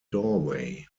doorway